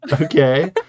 Okay